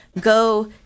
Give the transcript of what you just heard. go